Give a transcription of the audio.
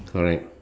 correct